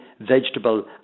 vegetable